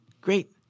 Great